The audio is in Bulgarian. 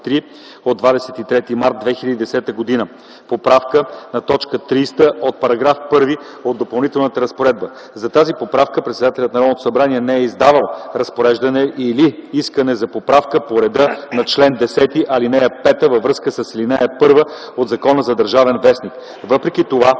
от 23 март 2010 г. поправка на т. 30 от § 1 от Допълнителната разпоредба. За тази поправка председателят на Народното събрание не е издавал разпореждане или искане за поправка по реда на чл. 10, ал. 5 във връзка с ал. 1 от Закона за „Държавен вестник”. Въпреки това